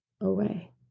away